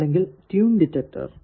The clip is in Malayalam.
അല്ലെങ്കിൽ ട്യൂൺ ഡിറ്റക്ടർ